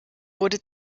wurde